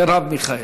מרב מיכאלי.